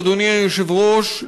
אדוני היושב-ראש,